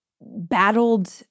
battled